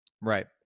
Right